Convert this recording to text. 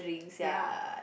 ya